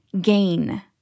gain